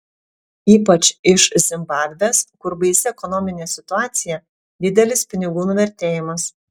ypač iš zimbabvės kur baisi ekonominė situacija didelis pinigų nuvertėjimas